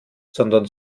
sondern